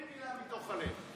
תן לי מילה מתוך הלב,